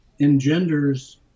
engenders